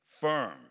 firm